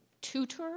Tutor